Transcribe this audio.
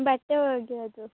ಬಟ್ಟೆ ಒಗೆಯೋದು